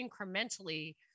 incrementally